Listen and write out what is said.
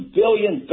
billion